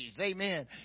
Amen